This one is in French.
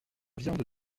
viande